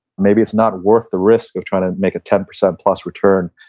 maybe it's not worth the risk of trying to make a ten percent plus return,